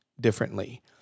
differently